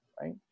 right